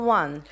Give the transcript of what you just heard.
one